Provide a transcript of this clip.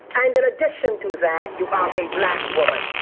and in addition to that, you are a black woman.